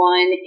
One